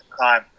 time